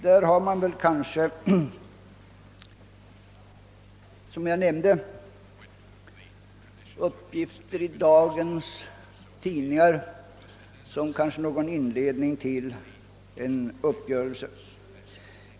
Det har, som jag nämnt, i dagens tidningar förekommit uppgifter som kanske innebär inledningen till en uppgörelse.